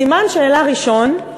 סימן שאלה ראשון,